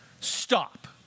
Stop